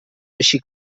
així